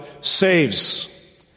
saves